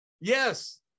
Yes